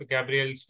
Gabriel